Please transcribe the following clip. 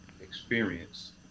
experience